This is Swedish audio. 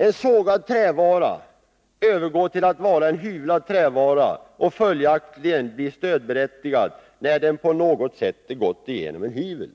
En sågad trävara övergår till att vara en hyvlad trävara, och följaktligen stödberättigad, när den på något sätt gått igenom en hyvel.